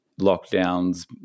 lockdowns